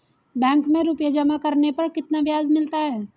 Bank में रुपये जमा करने पर कितना ब्याज मिलता है?